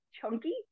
Chunky